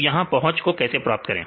तो यहां पहुंच को कैसे प्राप्त करें